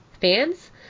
fans